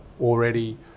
already